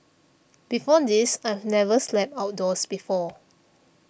before this I've never slept outdoors before